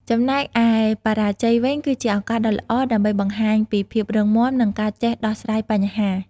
ចំណែកឯបរាជ័យវិញ គឺជាឱកាសដ៏ល្អដើម្បីបង្ហាញពីភាពរឹងមាំ និងការចេះដោះស្រាយបញ្ហា។